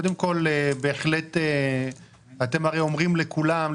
קודם כל בהחלט אתם הרי אומרים לכולם,